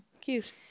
cute